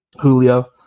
Julio